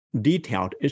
detailed